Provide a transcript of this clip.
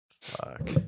Fuck